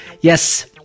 Yes